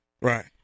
Right